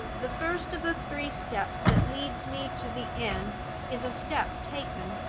the first of the three steps that lead me to the end is a step taken.